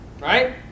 right